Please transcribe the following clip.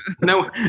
no